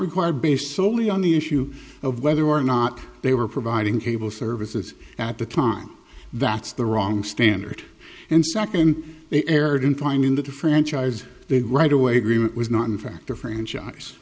required based soley on the issue of whether or not they were providing cable services at the time that's the wrong standard and second erred in finding that a franchise the right away agreement was not in fact a franchise